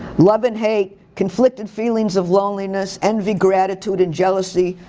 love and hate, conflicted feelings of loneliness, envy, gratitude and jealousy,